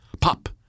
Pop